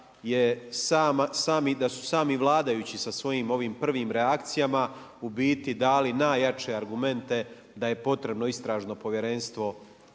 da su sami vladajući sa svojim ovim prvim reakcijama u biti dali najjače argumente da je potrebno istražno povjerenstvo